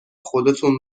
خودتون